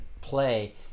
play